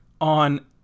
on